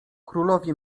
królowie